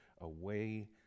away